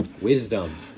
wisdom